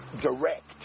direct